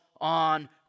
on